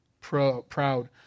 Proud